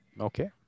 Okay